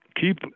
keep